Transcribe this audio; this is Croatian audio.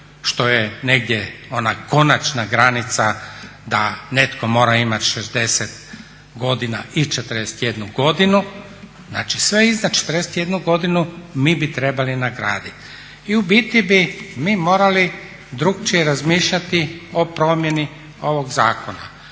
što je negdje ona konačna granica da netko mora imati 60 godina i 41 godinu staža, znači sve iznad 41 godinu mi bi trebali nagraditi. I u biti mi morali drukčije razmišljati o promjeni ovog zakona.